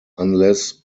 unless